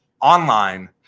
online